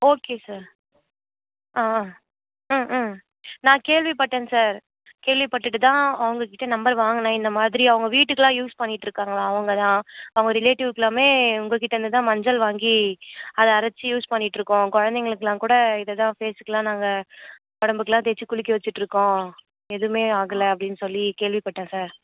okay sir ஆ ஆ ஆ ஆ நான் கேள்விப்பட்டேன் சார் கேள்விப்பட்டுவிட்டு தான் அவங்கக்கிட்ட நம்பர் வாங்கினேன் இந்தமாதிரி அவங்க வீட்டுக்கெலாம் யூஸ் பண்ணிகிட்டுருக்காங்களாம் அவங்க தான் அவங்க ரிலேட்டிவ்க்கெல்லாமே உங்கக்கிட்டேயிருந்து தான் மஞ்சள் வாங்கி அதை அரைச்சி யூஸ் பண்ணிகிட்டுருக்கோம் குழந்தைங்களுக்குலாம் கூட இதை தான் ஃபேஸ்க்கெல்லாம் நாங்கள் உடம்புக்கெலாம் தேய்ச்சி குளிக்க வச்சிகிட்டுருக்கோம் எதுவுமே ஆகலை அப்படின்னு சொல்லி கேள்விப்பட்டேன் சார்